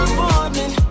morning